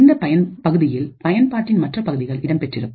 இந்தப் பகுதியில் பயன்பாட்டின் மற்ற பகுதிகள் இடம்பெற்றிருக்கும்